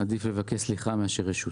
עדיף לבקש סליחה מאשר רשות.